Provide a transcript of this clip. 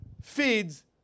feeds